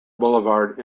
boulevard